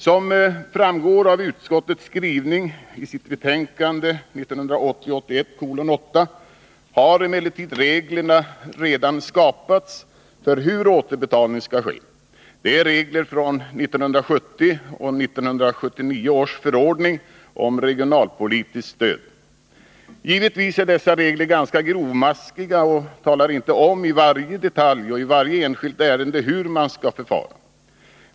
Som framgår av utskottets skrivning i dess betänkande 1980/81:8 har emellertid regler redan skapats för hur återbetalning skall ske. Detta är regler från 1970 och 1979 års förordningar om regionalpolitiskt stöd. Givetvis är dessa regler ganska grovmaskiga och talar inte om i varje detalj och i varje enskilt ärende hur man skall förfara.